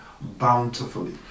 bountifully